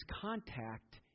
contact